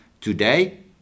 today